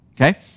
Okay